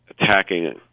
attacking